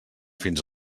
fins